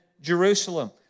Jerusalem